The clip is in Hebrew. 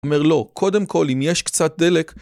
אומר לא, קודם כל אם יש קצת דלק